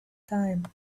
time